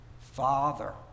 father